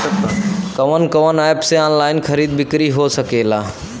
कवन कवन एप से ऑनलाइन खरीद बिक्री हो सकेला?